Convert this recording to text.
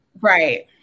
Right